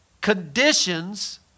conditions